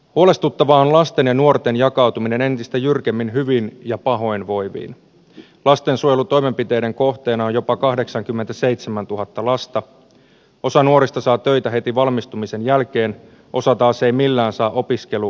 huolestuttavaa on lasten ja nuorten jakautuminen entistä jyrkemmin hyviin ja pahoinvoivien lastensuojelutoimenpiteiden kohteena jopa kahdeksankymmentäseitsemäntuhatta lasta osa nuorista saa töitä heti valmistumisen jälkeen osa taas ei millään saa opiskelu